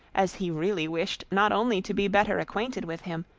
as he really wished not only to be better acquainted with him,